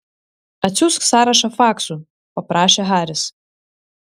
atsiųsk sąrašą faksu paprašė haris